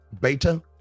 beta